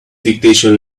dictation